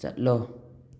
ꯆꯠꯂꯣ